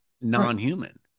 non-human